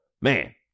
man